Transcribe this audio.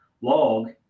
log